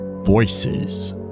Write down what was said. Voices